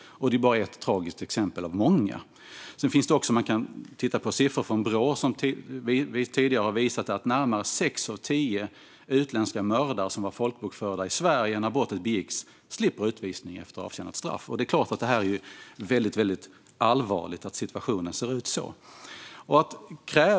Det är bara ett tragiskt exempel av många. Man kan också titta på siffror från Brå som visar att närmare sex av tio utländska mördare som var folkbokförda i Sverige när brottet begicks slipper utvisning efter avtjänat straff. Det är väldigt allvarligt att situationen ser ut så.